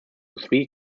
three